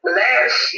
last